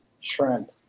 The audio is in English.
Shrimp